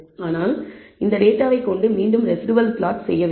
ஆனால் இந்தத் டேட்டாவைக் கொண்டு மீண்டும் ரெஸிடுவல் ப்ளாட்ஸ் செய்ய வேண்டும்